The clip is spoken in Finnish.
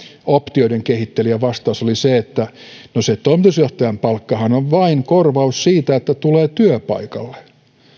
optioiden kehittelijän vastaus oli se että se toimitusjohtajan palkkahan on vain korvaus siitä että tulee työpaikalle